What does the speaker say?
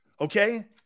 Okay